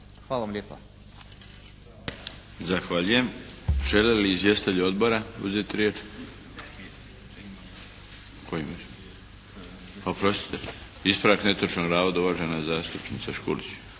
Darko (HDZ)** Zahvaljujem. Žele li izvjestitelji odbora uzeti riječ? Oprostite, ispravak netočnog navoda, uvažena zastupnica Škulić.